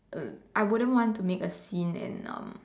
uh I wouldn't want to make a scene and um